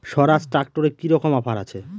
স্বরাজ ট্র্যাক্টরে কি রকম অফার আছে?